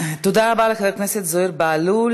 תודה רבה לחבר הכנסת זוהיר בהלול.